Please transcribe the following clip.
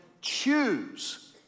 choose